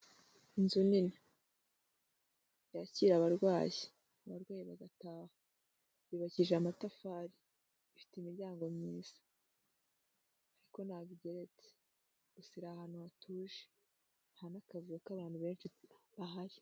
Inzu nini yakira abarwayi, abarwayi bagataha yubakishije amatafari ifite imiryango myiza ariko ntabwo igeretse, gusa iri ahantu hatuje nta n'akavuyo k'abantu benshi bahari.